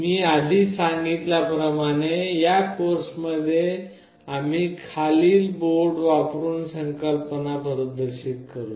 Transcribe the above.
मी आधीच सांगितल्या प्रमाणे या कोर्समध्ये आम्ही खालील बोर्ड वापरुन संकल्पना प्रदर्शित करू